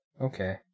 okay